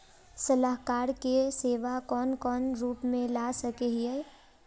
सलाहकार के सेवा कौन कौन रूप में ला सके हिये?